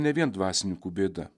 ne vien dvasininkų bėda